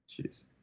Jeez